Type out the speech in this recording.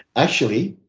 actually,